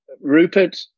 Rupert